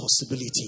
possibility